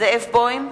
זאב בוים,